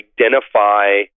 identify